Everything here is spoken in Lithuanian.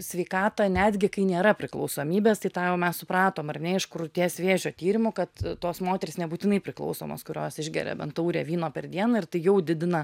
sveikatą netgi kai nėra priklausomybės tai tą jau mes supratom ar ne iš krūties vėžio tyrimų kad tos moterys nebūtinai priklausomos kurios išgeria bent taurę vyno per dieną ir tai jau didina